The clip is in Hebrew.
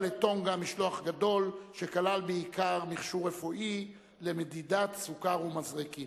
לטונגה משלוח גדול שכלל בעיקר מכשור רפואי למדידת סוכר ומזרקים.